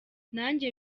nanjye